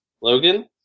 Logan